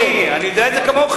אדוני, אני יודע את זה כמוך.